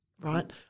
right